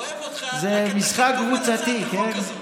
זה משחק קבוצתי, כן?